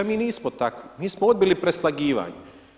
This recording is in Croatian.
Mi nismo takvi, mi smo odbili preslagivanje.